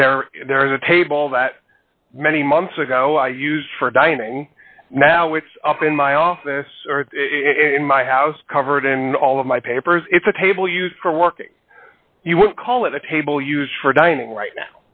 there there is a table that many months ago i used for dining now it's up in my office in my house covered in all of my papers it's a table used for working you would call it a table used for dining right